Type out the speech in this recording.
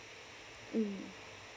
mm